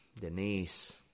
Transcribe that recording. Denise